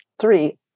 three